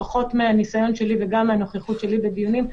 לפחות מהניסיון שלי וגם מהנוכחות שלי בדיונים,